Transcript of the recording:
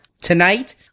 tonight